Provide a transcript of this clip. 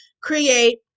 create